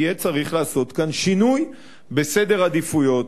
יהיה צריך לעשות כאן שינוי בסדר העדיפויות.